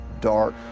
dark